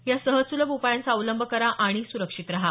या सहज सुलभ उपायांचा अवलंब करा आणि सुरक्षित रहा